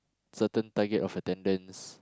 certain target of attendance